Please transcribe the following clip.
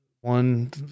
one